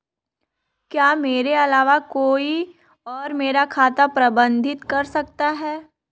क्या मेरे अलावा कोई और मेरा खाता प्रबंधित कर सकता है?